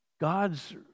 God's